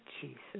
Jesus